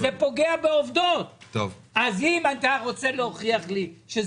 שאתם מביאים בחוק